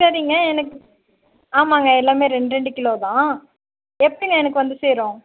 சரிங்க எனக்கு ஆமாங்க எல்லாமே ரெண்டு ரெண்டு கிலோ தான் எப்போங்க எனக்கு வந்து சேரும்